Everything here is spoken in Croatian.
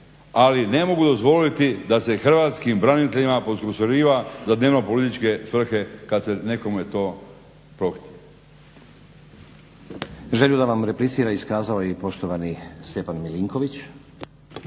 Ali ne mogu dozvoliti da se hrvatskim braniteljima … /Govornik se ne razumije./… za dnevno-političke svrhe kad se nekome to prohtje.